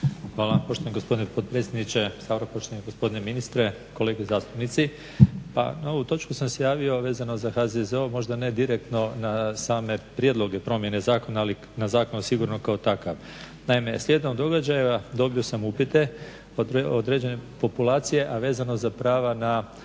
Hvala poštovani gospodine potpredsjedniče. Poštovani gospodine ministre, kolege zastupnici. Pa na ovu točku sam se javio vezano za HZZO možda ne direktno na same prijedloge promjene zakona ali na zakon sigurno kao takav. Naime, slijedom događaja dobio sam upite određene populacije, a vezano za prava na